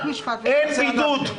אין בידוד.